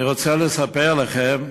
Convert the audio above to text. אני רוצה לספר לכם,